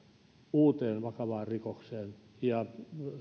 uuteen vakavaan rikokseen ja